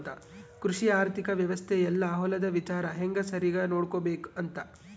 ಕೃಷಿ ಆರ್ಥಿಕ ವ್ಯವಸ್ತೆ ಯೆಲ್ಲ ಹೊಲದ ವಿಚಾರ ಹೆಂಗ ಸರಿಗ ನೋಡ್ಕೊಬೇಕ್ ಅಂತ